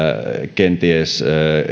kenties